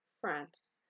France